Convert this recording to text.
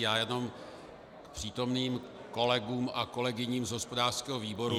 Já jenom přítomných kolegům a kolegyním z hospodářského výboru